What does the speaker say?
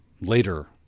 later